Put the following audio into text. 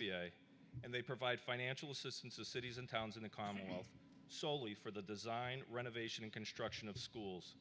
p and they provide financial assistance to cities and towns in the commonwealth soley for the design renovation and construction of schools